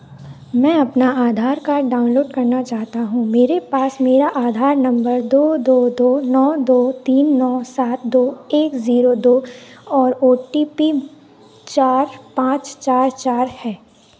मैं अपना Aadhaar card download करना चाहता हूँ मेरे पास मेरा आधार नंबर दो दो दो नौ दो तीन नौ सात दो एक जीरो दो और ओ टी पी चार पाँच चार चार है